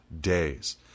days